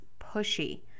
pushy